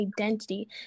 identity